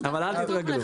לפי נתונים של